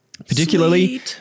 Particularly